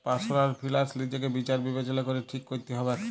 personal ফিলালস লিজেকে বিচার বিবেচলা ক্যরে ঠিক ক্যরতে হবেক